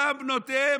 אותן בנותיהם.